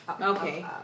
Okay